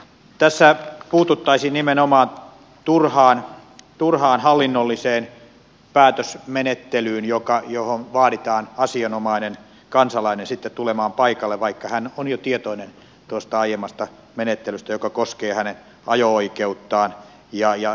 tässä puututtaisiin nimenomaan turhaan hallinnolliseen päätösmenettelyyn johon vaaditaan asianomainen kansalainen sitten tulemaan paikalle vaikka hän on jo tietoinen tuosta aiemmasta menettelystä joka koskee hänen ajo oikeuttaan